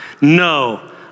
no